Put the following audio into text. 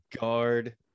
guard